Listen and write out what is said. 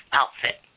outfit